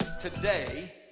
Today